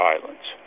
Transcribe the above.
Islands